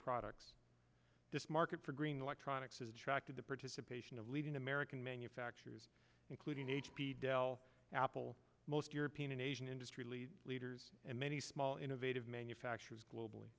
products this market for green electronics attracted the participation of leading american manufacturers including h p dell apple most european and asian industry leaders leaders and many small innovative manufacturers globally